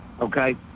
okay